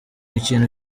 ikintu